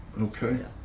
okay